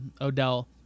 Odell